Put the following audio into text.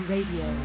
Radio